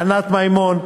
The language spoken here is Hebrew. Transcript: ענת מימון,